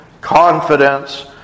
confidence